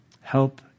help